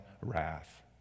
wrath